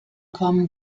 kommen